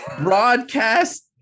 broadcast